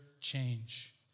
change